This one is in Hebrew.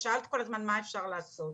את שאלת כל הזמן מה אפשר לעשות.